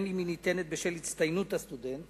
בין שהיא ניתנת בשל הצטיינות הסטודנט